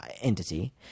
entity